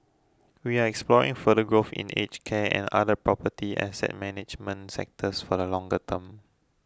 we are exploring further growth in aged care and other property asset management sectors for the longer term